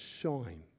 shine